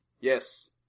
Yes